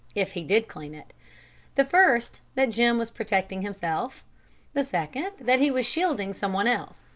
if he did clean it the first, that jim was protecting himself the second, that he was shielding some one else.